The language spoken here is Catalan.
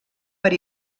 per